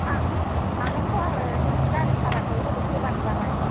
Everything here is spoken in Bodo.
हागोनथ' आरो नों गारि भाराखौ हरै होबानो जाबाय